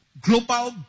global